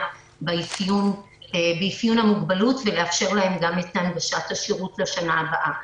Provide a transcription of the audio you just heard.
באפיון המוגבלות ולאפשר להם גם את השירות לשנה הבאה.